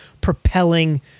propelling